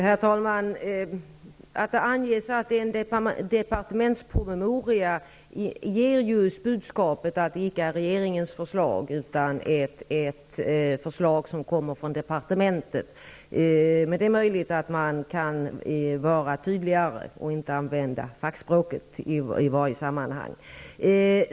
Herr talman! Att det anges att det är en departementspromemoria ger just budskapet att det icke är regeringens förslag, utan ett förslag som kommer från departementet. Men det är möjligt att man kan vara tydligare och inte använda fackspråk i varje sammanhang.